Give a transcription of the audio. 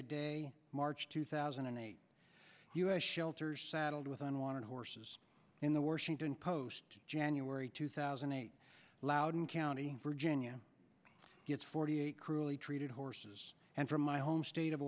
today march two thousand and eight us shelters saddled with unwanted horses in the washington post january two thousand and eight loudoun county virginia gets forty eight cruelly treated horses and from my home state of